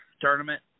tournament